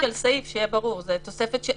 שיהיה ברור שזו תוספת של סעיף.